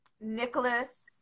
Nicholas